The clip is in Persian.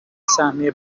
سهمیه